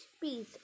piece